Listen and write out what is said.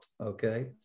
okay